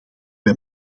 wij